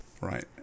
Right